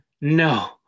no